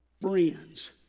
friends